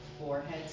Forehead